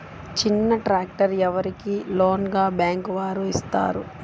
చిన్న ట్రాక్టర్ ఎవరికి లోన్గా బ్యాంక్ వారు ఇస్తారు?